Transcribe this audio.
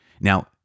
Now